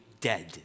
dead